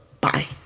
Bye